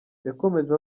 yakomeje